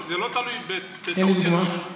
וזה לא תלוי בטעות אנוש.